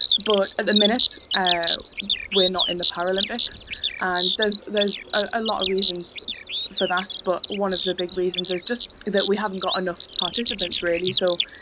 but at the minute, ah we're not in the paralympics and there's there's a lot of reasons for that but one of the big reasons is just that we haven't got enough participants really. so,